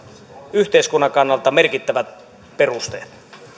yhteiskunnan kannalta merkittävät perusteet